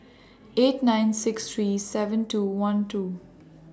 eight nine six three seven two one two